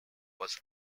was